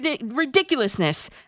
ridiculousness